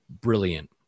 brilliant